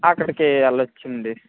అక్కడికి వెళ్ళ వచ్చండి